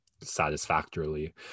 satisfactorily